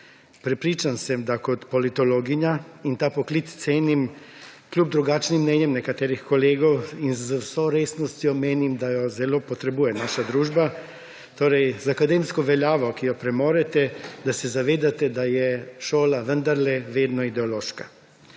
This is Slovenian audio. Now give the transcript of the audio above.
Prepričan sem, da se kot politologinja – in ta poklic cenim kljub drugačnim mnenjem nekaterih kolegov in z vso resnostjo menim, da ga naša družba zelo potrebuje – z akademsko veljavo, ki jo premorete, zavedate, da je šola vendarle vedno ideološka.